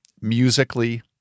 musically